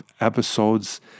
episodes